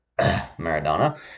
Maradona